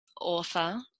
author